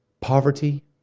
poverty